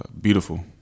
beautiful